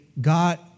God